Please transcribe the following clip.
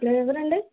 hello ఎవరండి